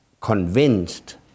convinced